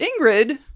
Ingrid